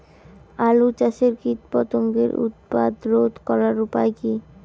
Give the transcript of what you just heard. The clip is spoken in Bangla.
আলু চাষের কীটপতঙ্গের উৎপাত রোধ করার উপায় কী?